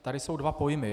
Tady jsou dva pojmy.